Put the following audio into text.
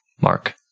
Mark